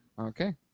Okay